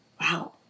Wow